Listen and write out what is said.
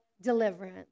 deliverance